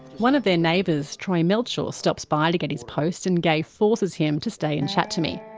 one of their neighbours, troy melchior, stops by to get his post, and gai forces him to stay and chat to me.